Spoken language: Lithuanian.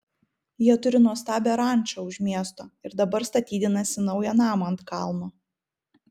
jie turi nuostabią rančą už miesto ir dabar statydinasi naują namą ant kalno